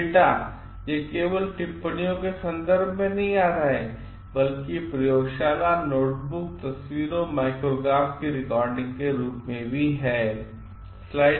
तो डेटा यह केवल टिप्पणियों के संदर्भ में नहीं आ रहा है बल्कि यह प्रयोगशाला नोटबुक तस्वीरों माइक्रोग्राफ में रिकॉर्डिंग के रूप में है